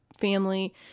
family